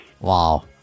Wow